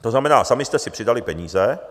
To znamená, sami jste si přidali peníze.